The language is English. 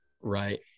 right